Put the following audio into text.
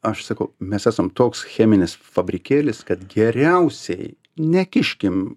aš sakau mes esam toks cheminis fabrikėlis kad geriausiai nekiškim